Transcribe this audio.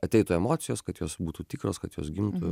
ateitų emocijos kad jos būtų tikros kad jos gimtų